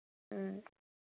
ꯎꯝ